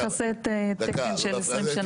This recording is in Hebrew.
מכסה תקן של 20 שנה.